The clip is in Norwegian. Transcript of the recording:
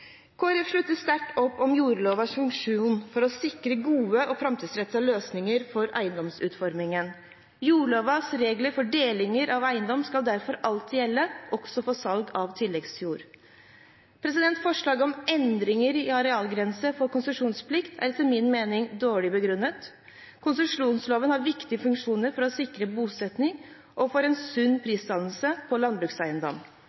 Folkeparti slutter sterkt opp om jordlovens funksjon for å sikre gode og framtidsrettede løsninger for eiendomsutformingen. Jordlovens regler for deling av eiendom skal derfor alltid gjelde, også for salg av tilleggsjord. Forslaget om endringer i arealgrense for konsesjonsplikt er etter min mening dårlig begrunnet. Konsesjonsloven har viktige funksjoner for å sikre bosetting og en sunn